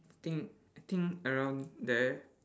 I think I think around there